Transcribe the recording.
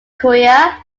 korea